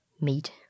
meat